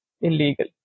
illegal